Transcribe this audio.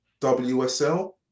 WSL